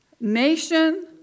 nation